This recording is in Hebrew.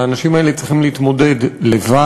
האנשים האלה צריכים להתמודד לבד.